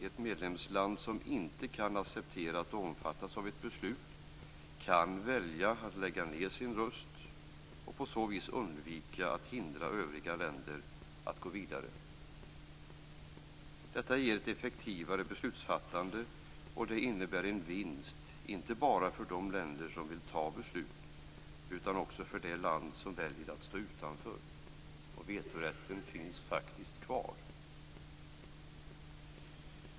Ett medlemsland som inte kan acceptera att omfattas av ett beslut kan välja att lägga ned sin röst och på så vis undvika att hindra övriga länder att gå vidare. Detta ger ett effektivare beslutsfattande, och det innebär en vinst, inte bara för de länder som vill fatta beslut, utan även för det land som väljer att stå utanför. Vetorätten finns faktiskt kvar.